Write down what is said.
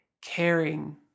caring